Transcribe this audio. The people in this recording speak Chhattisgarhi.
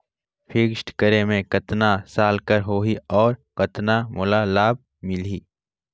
फिक्स्ड करे मे कतना साल कर हो ही और कतना मोला लाभ मिल ही?